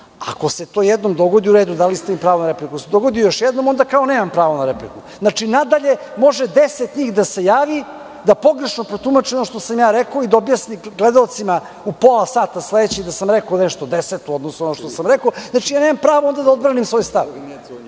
Ako se to jednom dogodi, u redu, dali ste mi pravo na repliku. Ako se to dogodi još jednom, onda kao nemam pravo na repliku. Znači nadalje može deset njih da se javi, da pogrešno protumače ono što sam rekao i da objasne gledaocima u sledećih pola da sam rekao nešto deseto u odnosu na ono što sam rekao. Znači onda nemam pravo da odbranim svoj stav?